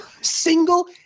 single